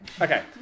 Okay